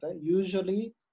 Usually